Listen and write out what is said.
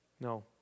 No